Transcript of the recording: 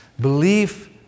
Belief